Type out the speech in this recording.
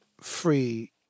free